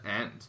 end